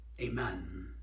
Amen